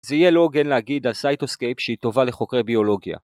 ‫זה יהיה לא הוגן להגיד על סייטוסקייפ שהיא טובה לחוקרי ביולוגיה.